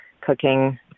cooking